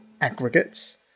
aggregates